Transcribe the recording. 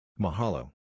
Mahalo